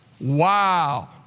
Wow